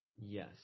Yes